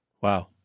Wow